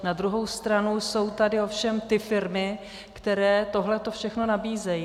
Na druhou stranu jsou tady ovšem firmy, které tohle všechno nabízejí.